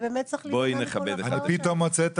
בואי נכבד אחד את השני.